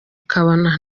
ukabona